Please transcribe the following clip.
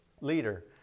leader